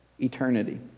Eternity